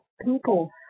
people